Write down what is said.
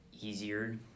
easier